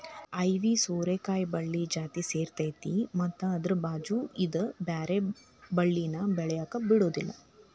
ಐವಿ ಸೋರೆಕಾಯಿ ಬಳ್ಳಿ ಜಾತಿಯ ಸೇರೈತಿ ಮತ್ತ ಅದ್ರ ಬಾಚು ಇದ್ದ ಬ್ಯಾರೆ ಬಳ್ಳಿನ ಬೆಳ್ಯಾಕ ಬಿಡುದಿಲ್ಲಾ